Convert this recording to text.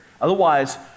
Otherwise